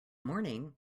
morning